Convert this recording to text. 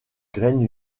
graine